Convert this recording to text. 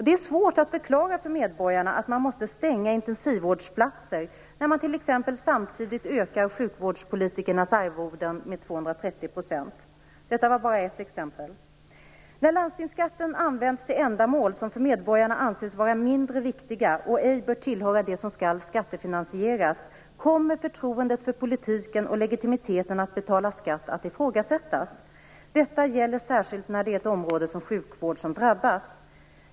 Det är svårt att förklara för medborgarna att man måste stänga intensivvårdsplatser när man t.ex. samtidigt ökar sjukvårdspolitikernas arvoden med 230 %. Detta är bara ett exempel. När landstingsskatten används till ändamål som för medborgarna anses vara mindre viktiga och ej bör tillhöra det som skall skattefinansieras kommer förtroendet för politiken och legitimiteten i att betala skatt att ifrågasättas. Detta gäller särskilt när ett område som sjukvården drabbas.